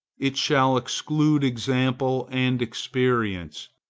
it shall exclude example and experience.